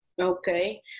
Okay